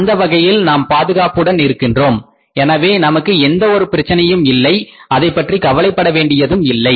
அந்தவகையில் நாம் பாதுகாப்புடன் இருக்கின்றோம் எனவே நமக்கு எந்த ஒரு பிரச்சனையும் இல்லை அதைப்பற்றி கவலைப்பட வேண்டியதும் இல்லை